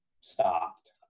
stopped